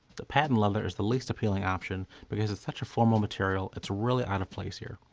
the patent leather is the least appealing option because it's such a formal material. it's really out of place here.